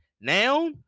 now